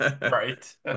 Right